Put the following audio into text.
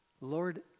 Lord